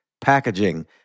packaging